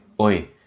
oi